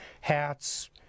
hats